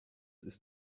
ist